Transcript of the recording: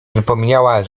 zapomniała